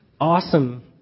awesome